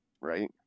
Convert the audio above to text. right